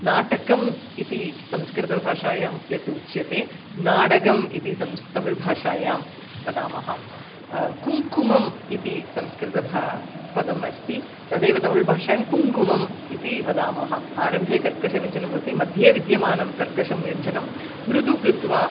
नाटकम् इति संस्कृतभाषायां यत् उच्यते नाडगम् इति संस् तमिळ्भाषायां वदामः कुङ्कुमम् इति संस्कृतपदम् अस्ति तदेव तमिळ्भाषायां कुङ्गुमम् इति वदामः आरम्भे कर्कषव्यञ्जनं भवति मध्ये विद्यमानं कर्कशं व्यञ्जनं मृदुः कृत्वा